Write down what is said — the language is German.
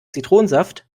zitronensaft